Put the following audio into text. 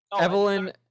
Evelyn